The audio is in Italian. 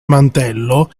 mantello